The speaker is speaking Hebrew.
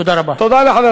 תודה רבה.